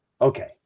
Okay